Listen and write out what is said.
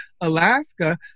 Alaska